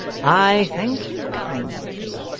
i thank you kindly,